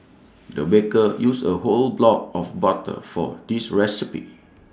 the baker used A whole block of butter for this recipe